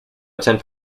attend